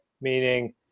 meaning